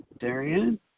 Darian